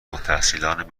التحصیلان